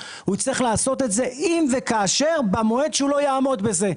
הוא יצטרך לעשות את זה אם וכאשר במועד שהוא לא יעמוד בזה.